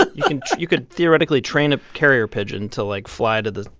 but you you could theoretically train a carrier pigeon to, like, fly to the,